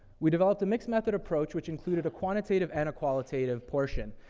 we developed a mixed method approach, which included a quantitative and a qualitative portion.